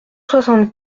soixante